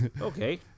okay